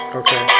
okay